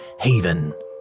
haven